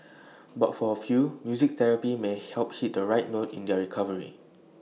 but for A few music therapy may help hit the right note in their recovery